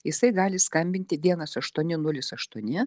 jisai gali skambinti vienas aštuoni nulis aštuoni